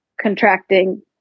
contracting